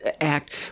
Act